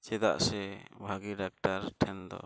ᱪᱮᱫᱟᱜ ᱥᱮ ᱵᱷᱟᱜᱮ ᱴᱷᱮᱱ ᱫᱚ